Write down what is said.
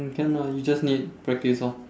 you can lah you just need practice lor